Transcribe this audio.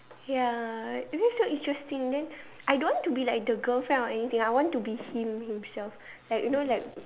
ya is it still interesting then I don't want to be like the girlfriend or anything I want to be him himself ya you know like